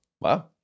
Wow